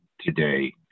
today